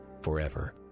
forever